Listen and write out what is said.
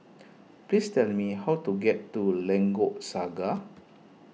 please tell me how to get to Lengkok Saga